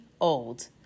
old